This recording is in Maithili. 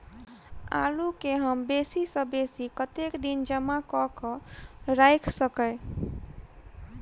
आलु केँ हम बेसी सऽ बेसी कतेक दिन जमा कऽ क राइख सकय